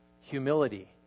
humility